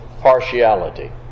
partiality